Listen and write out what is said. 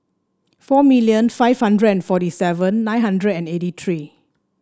four million five hundred and forty seven nine hundred and eighty three